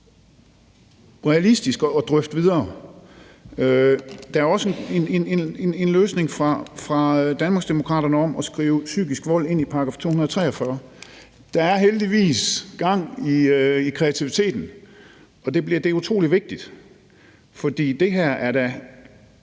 realistisk at drøfte videre. Der er også en løsning fra Danmarksdemokraterne om at skrive psykisk vold ind i § 243. Der er heldigvis gang i kreativiteten, og det er utrolig vigtigt, for jeg synes,